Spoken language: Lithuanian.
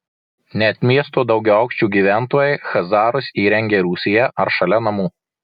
net miesto daugiaaukščių gyventojai chazarus įrengia rūsyje ar šalia namų